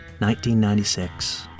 1996